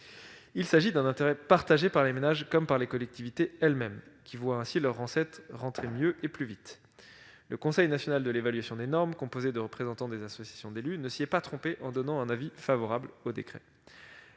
Il s'agit d'un intérêt partagé par les ménages comme par les collectivités, qui voient ainsi leurs recettes rentrer mieux et plus vite. Le Conseil national de l'évaluation des normes, composé de représentants des associations d'élus, ne s'y est pas trompé en donnant un avis favorable au décret.